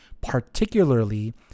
particularly